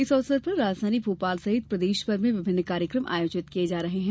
इस अवसर पर राजधानी भोपाल सहित प्रदेश भर में विभिन्न कार्यक्रम आयोजित किये जा रहे हैं